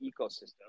ecosystem